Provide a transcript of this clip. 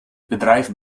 bedrijf